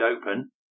open